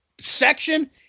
section